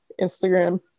instagram